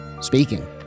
speaking